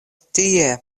tie